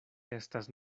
estas